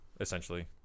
essentially